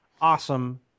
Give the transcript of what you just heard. awesome